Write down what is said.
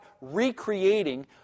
recreating